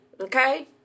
Okay